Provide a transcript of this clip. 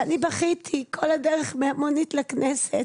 אני בכיתי כל הדרך מהמונית לכנסת